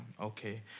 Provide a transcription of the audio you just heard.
Okay